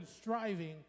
striving